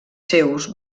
seus